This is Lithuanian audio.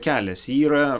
kelias yra